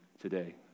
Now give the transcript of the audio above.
today